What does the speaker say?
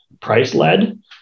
price-led